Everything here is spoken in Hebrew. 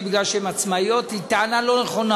בגלל שהן עצמאיות היא טענה לא נכונה,